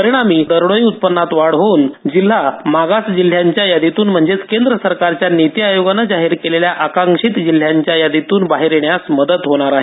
परिणामी दरडोई उत्पन्नात वाढ होऊन जिल्हा मागास जिल्ह्यांच्या यादीतून म्हणजेच केंद्र सरकारच्या निती आयोगानं जाहीर केलेल्या आकांक्षित जिल्ह्यांच्या यादीतून बाहेर येण्यास मदत होणार आहे